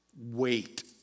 Wait